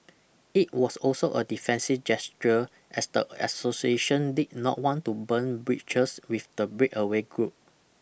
it was also a defensive gesture as the association did not want to burn bridges with the breakaway group